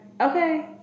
okay